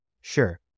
Sure